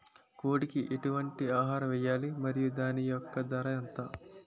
కోడి కి ఎటువంటి ఆహారం వేయాలి? మరియు దాని యెక్క ధర ఎంత?